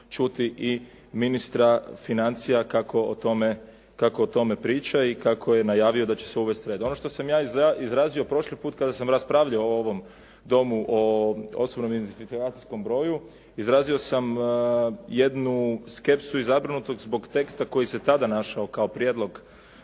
čuti i ministra financija kako o tome priča i kako je najavio da će se uvesti red. Ono što sam ja izrazio prošli put kada sam raspravljao u ovom Domu o osobnom identifikacijskom broju, izrazio sam jednu skepsu i zabrinutost zbog teksta koji se tada našao kao prijedlog